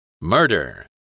Murder